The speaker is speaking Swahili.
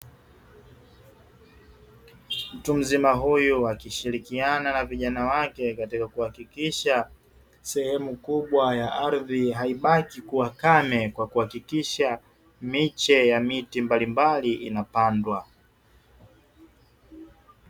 Mtu mzima huyu akishirikiana na vijana wake katika kuhakikisha sehemu kubwa ya ardhi haibaki kuwa kame kwa kuhakikisha miche ya miti mbalimbali inapandwa.